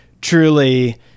truly